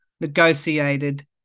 negotiated